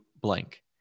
blank